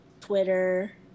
Twitter